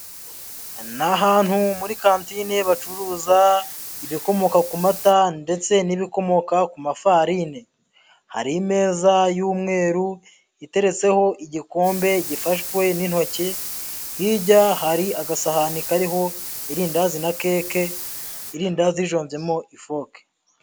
Ni ahantu muri kantine bacuruza ibikomoka ku mata ndetse n'ibikomoka ku mafarine, hari imeza y'umweru iteretseho igikombe gifashwe n'intoki, hirya hari agasahani kariho irindazi na keke, irindazi rijombyemo ifoke.